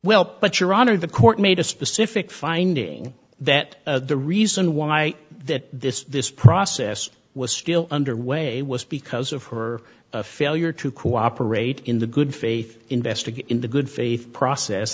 well but your honor the court made a specific finding that the reason why that this this process was still underway was because of her failure to cooperate in the good faith investigate in the good faith process